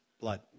blood